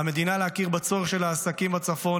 על המדינה להכיר בצורך של העסקים בצפון